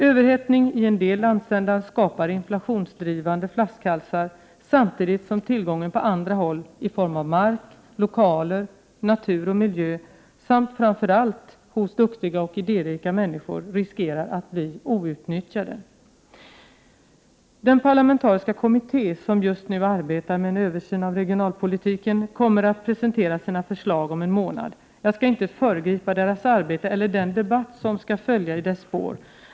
Överhettning i en del landsändar skapar inflationsdrivande flaskhalsar, samtidigt som tillgångar på andra håll i form av mark, lokaler, natur och miljö samt framför allt hos duktiga och idérika människor riskerar att bli outnyttjade. Den parlamentariska kommitté som just nu arbetar med en översyn av regionalpolitiken kommer att presentera sina förslag om en månad. Jag skall inte föregripa deras arbete eller den debatt som skall följa i dess spår.